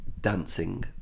dancing